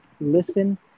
listen